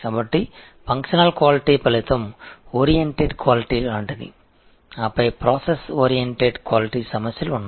எனவே functional quality விளைவு சார்ந்த க்வாலிடியைப் போன்றது பின்னர் செயல்முறை சார்ந்த க்வாலிடி சிக்கல்கள் உள்ளன